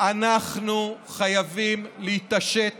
הציבור בגללך, אנחנו חייבים להתעשת